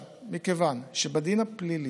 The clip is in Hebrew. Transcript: עכשיו, מכיוון שבדין הפלילי,